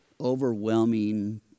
overwhelming